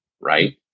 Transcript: right